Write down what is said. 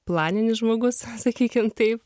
planinis žmogus sakykim taip